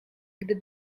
gdy